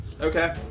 Okay